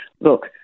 look